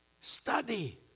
Study